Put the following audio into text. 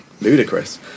Ludicrous